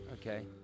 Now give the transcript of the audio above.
okay